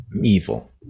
evil